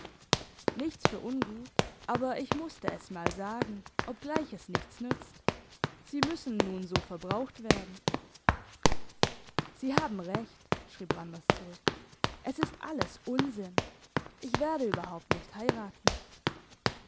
nichts für ungut aber ich musste es mal sagen obgleich es nichts nützt sie müssen nun so verbraucht werden sie haben recht schrieb randers zurück es ist alles unsinn ich werde überhaupt nicht heiraten